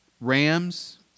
Rams